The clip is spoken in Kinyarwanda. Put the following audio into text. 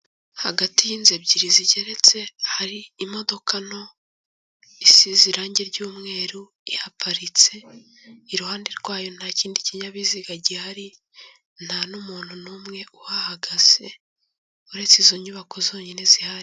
Hagati y'inzu ebyiri zigeretse hari imodoka nto isize irange ry'umweru ihaparitse, iruhande rwayo nta kindi kinyabiziga gihari nta n'umuntu n'umwe uhahagaze uretse izo nyubako zonyine zihari.